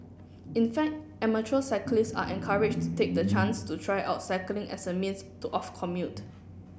in fact amateur cyclists are encouraged to take the chance to try out cycling as a means of commute